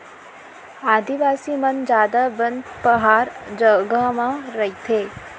आदिवासी मन जादा बन पहार जघा म रथें